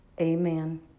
Amen